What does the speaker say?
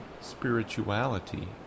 spirituality